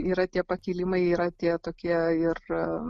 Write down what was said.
yra tie pakilimai yra tie tokie ir